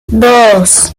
dos